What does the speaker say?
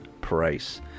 price